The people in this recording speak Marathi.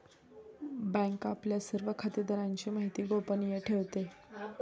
बँक आपल्या सर्व खातेदारांची माहिती गोपनीय ठेवते